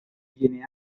viene